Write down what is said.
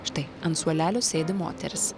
štai ant suolelio sėdi moteris